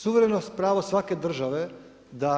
Suverenost pravo svake države da